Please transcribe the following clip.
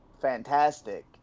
fantastic